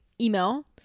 email